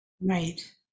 Right